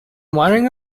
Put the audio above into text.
wiring